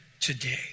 today